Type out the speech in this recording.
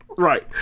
Right